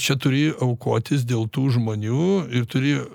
čia turi aukotis dėl tų žmonių ir turi